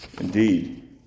Indeed